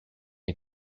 you